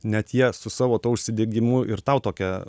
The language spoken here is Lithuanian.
net jie su savo tuo užsidegimu ir tau tokią